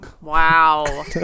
Wow